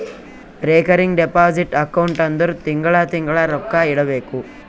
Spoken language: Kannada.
ರೇಕರಿಂಗ್ ಡೆಪೋಸಿಟ್ ಅಕೌಂಟ್ ಅಂದುರ್ ತಿಂಗಳಾ ತಿಂಗಳಾ ರೊಕ್ಕಾ ಇಡಬೇಕು